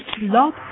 Love